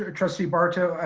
ah trustee barto.